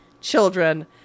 children